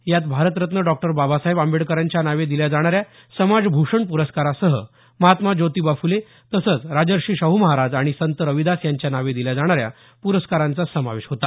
यात भारतरत्न डॉक्टर बाबासाहेब आंबेडकरांच्या नावे दिला जाणाऱ्या समाजभूषण पुरस्कारासह महात्मा जोतीबा फुले तसंच राजर्षी शाहू महाराज आणि संत रविदास यांच्या नावे दिल्या जाणाऱ्या प्रस्कारांचा समावेश होता